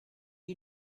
you